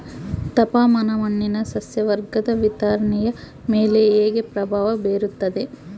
ತಾಪಮಾನ ಮಣ್ಣಿನ ಸಸ್ಯವರ್ಗದ ವಿತರಣೆಯ ಮೇಲೆ ಹೇಗೆ ಪ್ರಭಾವ ಬೇರುತ್ತದೆ?